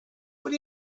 what